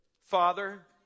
Father